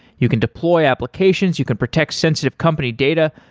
you can deploy applications. you can protect sensitive company data.